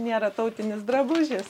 nėra tautinis drabužis